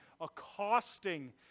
accosting